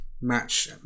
match